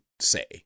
say